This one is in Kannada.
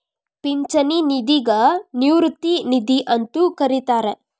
ಪಿಂಚಣಿ ನಿಧಿಗ ನಿವೃತ್ತಿ ನಿಧಿ ಅಂತೂ ಕರಿತಾರ